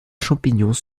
champignons